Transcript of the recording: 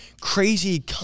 crazy